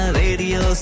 radio